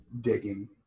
digging